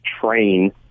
train